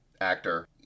actor